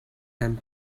and